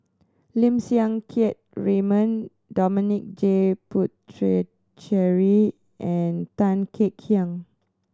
Lim Siang Keat Raymond Dominic J Puthucheary and Tan Kek Hiang